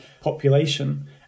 population